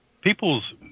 People's